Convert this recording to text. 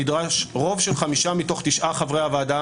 נדרש רוב של חמישה מתוך תשעה חברי הוועדה.